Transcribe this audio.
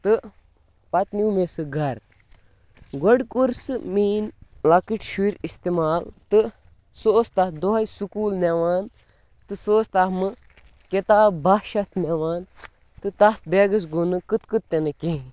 تہِ پَتہٕ نیوٗ مےٚ سُہ گَرٕ گۄڈٕ کوٚر سُہ میٛٲنۍ لۄکٕٹۍ شُرۍ استعمال تہٕ سُہ اوس تَتھ دوٚہَے سکوٗل نِوان تہ سُہ اوس تَتھ منٛز کِتاب بَہہ شَتھ نِوان تہٕ تَتھ بیگَس گوٚو نہٕ کٕت کٕت تہِ نہٕ کِہیٖنۍ